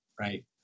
right